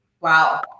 Wow